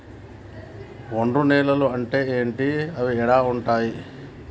ఒండ్రు నేలలు అంటే ఏంటి? అవి ఏడ ఉంటాయి?